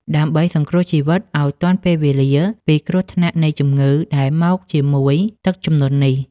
ដើម្បីសង្គ្រោះជីវិតឱ្យទាន់ពេលវេលាពីគ្រោះថ្នាក់នៃជំងឺដែលមកជាមួយទឹកជំនន់នេះ។